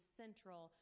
central